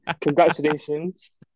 congratulations